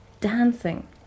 dancing